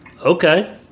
Okay